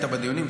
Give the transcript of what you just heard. היית בדיונים,